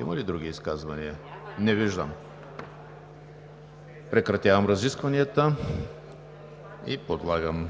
Има ли други изказвания? Не виждам. Прекратявам разискванията и подлагам